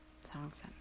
songs